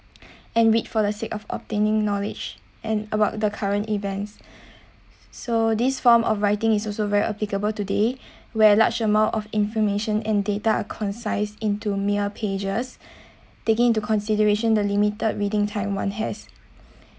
and wait for the sake of obtaining knowledge and about the current events so this form of writing is also very applicable today where large amount of information and data a concise into mere pages taking into consideration the limited reading time one has